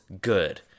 good